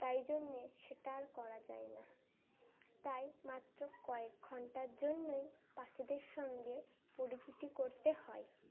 তাই জন্যে সেটা আর করা যায় না তাই মাত্র কয়েক ঘণ্টার জন্যই পাখিদের সঙ্গে পরিচিতি করতে হয়